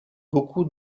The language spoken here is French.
beaucoup